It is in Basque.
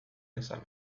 bezala